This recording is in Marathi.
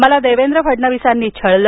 मला देवेंद्र फडणवीसांनी छळलं